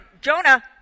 Jonah